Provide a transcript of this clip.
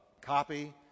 copy